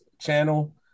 channel